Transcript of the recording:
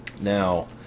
Now